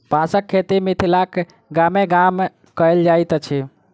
बाँसक खेती मिथिलाक गामे गाम कयल जाइत अछि